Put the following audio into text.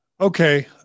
Okay